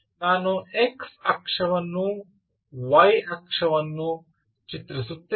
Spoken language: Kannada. ನಾನು x ಅಕ್ಷವನ್ನು y ಅಕ್ಷವನ್ನು ಚಿತ್ರಿಸುತ್ತೇನೆ